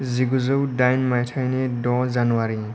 जिगुजौ दाइन माइथायनि द' जानुवारि